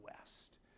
west